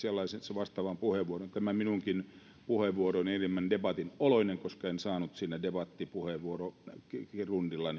vastaavan puheenvuoron tämä minunkin puheenvuoroni on enemmän debatin oloinen koska en saanut siinä debattipuheenvuorokierroksella